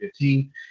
2015